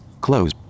close